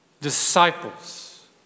disciples